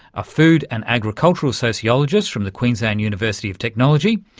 a food and agricultural sociologist from the queensland university of technology.